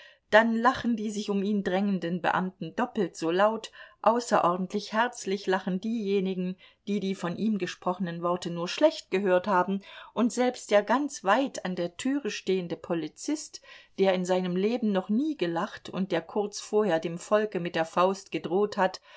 dann lachen die sich um ihn drängenden beamten doppelt so laut außerordentlich herzlich lachen diejenigen die die von ihm gesprochenen worte nur schlecht gehört haben und selbst der ganz weit an der türe stehende polizist der in seinem leben noch nie gelacht und der kurz vorher dem volke mit der faust gedroht hat